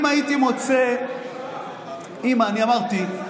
אם הייתי מוצא, אני אמרתי: